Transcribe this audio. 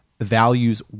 values